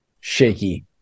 shaky